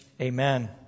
Amen